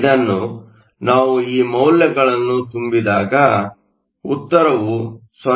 ಇದನ್ನು ನಾವು ಈ ಮೌಲ್ಯಗಳನ್ನು ತುಂಬಿದಾಗ ಉತ್ತರವು 0